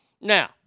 Now